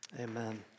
Amen